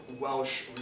Welsh